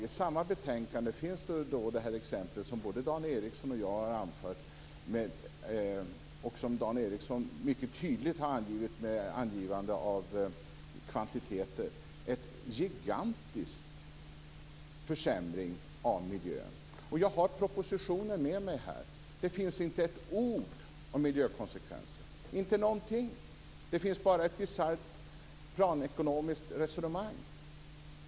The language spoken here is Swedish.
I samma betänkande finns det dock exempel, som både Dan Ericsson och jag har anfört och som Dan Ericsson har gjort mycket tydligt med angivande av kvantiteter, på en gigantisk försämring av miljön. Jag har propositionen med mig här. Det finns inte ett ord om miljökonsekvenser, inte någonting. Det finns bara ett bisarrt planekonomiskt resonemang.